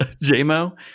J-Mo